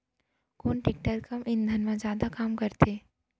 कोन टेकटर कम ईंधन मा जादा काम करथे?